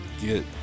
get